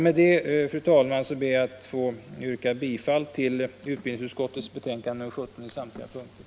Med detta, fru talman, ber jag att få yrka bifall till utbildningsutskottets hemställan. på samtliga punkter i betänkande nr 17.